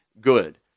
good